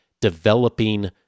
developing